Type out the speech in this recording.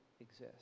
exist